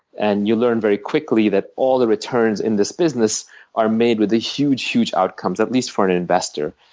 and you learn very quickly that all the returns in this business are made with a huge, huge outcomes, at least for an an investor.